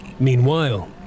Meanwhile